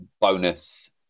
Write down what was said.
bonus